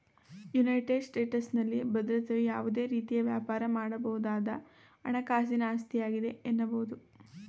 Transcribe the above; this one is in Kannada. ಯುನೈಟೆಡ್ ಸ್ಟೇಟಸ್ನಲ್ಲಿ ಭದ್ರತೆಯು ಯಾವುದೇ ರೀತಿಯ ವ್ಯಾಪಾರ ಮಾಡಬಹುದಾದ ಹಣಕಾಸಿನ ಆಸ್ತಿಯಾಗಿದೆ ಎನ್ನಬಹುದು